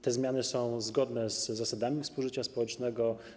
Te zmiany są zgodne z zasadami współżycia społecznego.